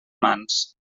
mans